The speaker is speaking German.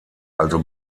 also